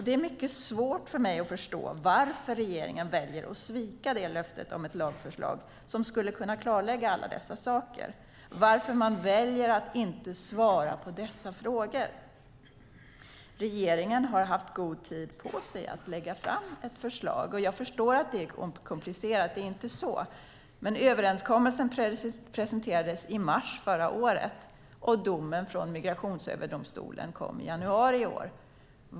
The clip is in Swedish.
Det är svårt för mig att förstå varför regeringen väljer att svika löftet om ett lagförslag, som skulle kunna klarlägga alla dessa saker, och varför man väljer att inte svara på dessa frågor. Regeringen har haft god tid på sig att lägga fram ett förslag. Jag förstår att det är komplicerat, men överenskommelsen presenterades i mars förra året, och domen från Migrationsöverdomstolen kom i januari i år.